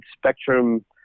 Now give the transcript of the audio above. spectrum